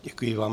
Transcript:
Děkuji vám.